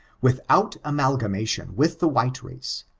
without amalgamation with the white race,